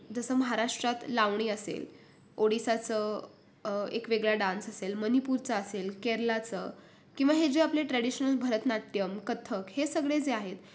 जसं महाराष्ट्रात लावणी असेल ओडिसाचं एक वेगळा डान्स असेल मणिपूरचा असेल केरळचं किंवा हे जे आपले ट्रॅडिशनल भरतनाट्यम् कथक हे सगळे जे आहेत